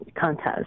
contest